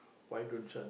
why don't you